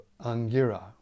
Angira